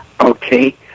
Okay